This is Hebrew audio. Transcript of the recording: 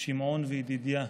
שמעון וידידיה,